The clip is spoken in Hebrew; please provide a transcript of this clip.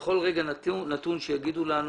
שיאמרו לנו